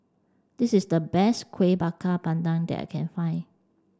this is the best Kuih Bakar Pandan that I can find